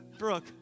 Brooke